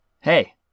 Hey